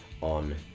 on